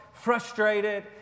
frustrated